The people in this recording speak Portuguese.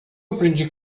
aprendi